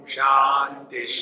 Shanti